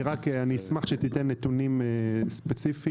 אני רק אשמח שתיתן נתונים ספציפיים,